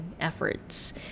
efforts